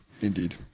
Indeed